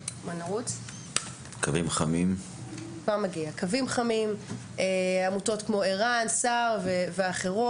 קווים חמים, עמותות כמו ער"ן, סה"ר ואחרות.